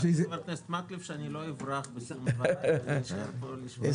אני מבטיח לחבר הכנסת מקלב שאני לא אברח ואשאר פה לשמוע אותו.